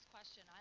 question